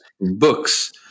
books